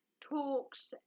talks